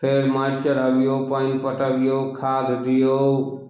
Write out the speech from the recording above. फेर माटि चढ़बियौ पानि पटबियौ खाद दियौ